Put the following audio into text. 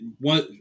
one